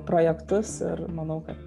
projektus ir manau kad